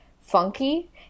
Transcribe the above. funky